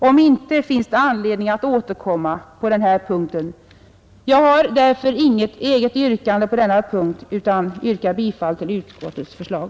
Om inte, finns det anledning att återkomma på den här punkten. Jag har därför inget eget yrkande på denna punkt, utan yrkar bifall till utskottets förslag.